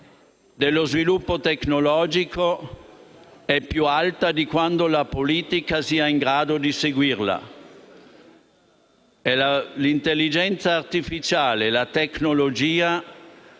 dello sviluppo tecnologico è più alta di quanto la politica sia in grado di seguire. L'intelligenza artificiale e la tecnologia